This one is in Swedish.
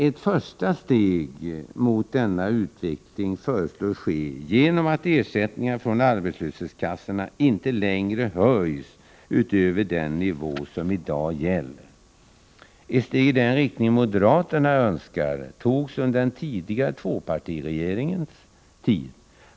Ett första steg mot denna utveckling föres ske genom att ersättningarna från arbetslöshetskassorna inte längre höjs utöver den nivå som gäller i dag. Ett steg i den riktning moderaterna önskar togs under den tidigare tvåpartiregeringens tid.